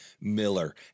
Miller